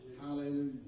Hallelujah